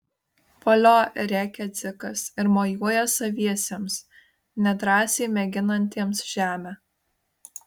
valio rėkia dzikas ir mojuoja saviesiems nedrąsiai mėginantiems žemę